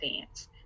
dance